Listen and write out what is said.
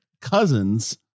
cousins